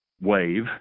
wave